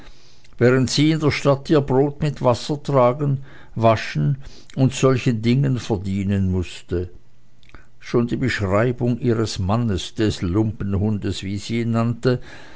während sie in der stadt ihr brot mit wassertragen waschen und solchen dingen verdienen mußte schon die beschreibung ihres mannes des lumpenbundes wie sie ihn nannte